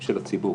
של הציבור.